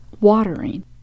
Watering